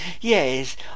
Yes